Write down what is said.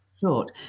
short